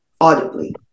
audibly